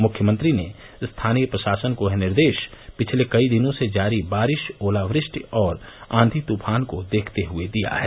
मुख्यमंत्री ने स्थानीय प्रशासन को यह निर्देश पिछले कई दिनों से जारी बारिश ओलावृष्टि और आधी तूफान को देखते हुए दिया है